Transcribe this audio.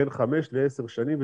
בין חמש לעשר שנים,